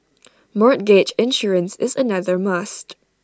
mortgage insurance is another must